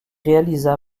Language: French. réalisa